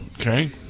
Okay